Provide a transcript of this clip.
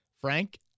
Frank